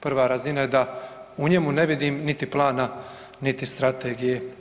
Prva razina je da u njemu ne vidim niti plana, niti strategije.